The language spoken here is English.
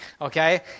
okay